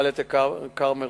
דאלית-אל-כרמל,